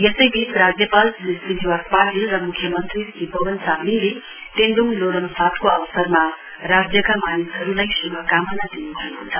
यसैबीच राज्यपाल श्री श्रीनिवास पाटिल र म्ख्यमन्त्री श्री पवन चामलिङले तेन् ोङ ल्हो रम फातको अवसरमा राज्यका मानिसहरूलाई शुभकामना दिनुभएको छ